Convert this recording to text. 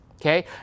okay